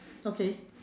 okay